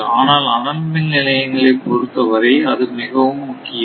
ஆனால் அனல் மின் நிலையங்களை பொறுத்தவரை அது மிகவும் முக்கியம்